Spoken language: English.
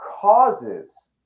causes